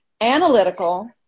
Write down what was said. analytical